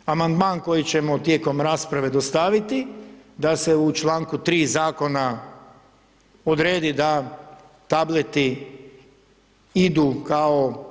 Uz ovaj amandman koji ćemo tijekom rasprave dostaviti da se u čl. 3. zakona odredi da tableti idu kao